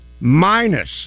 minus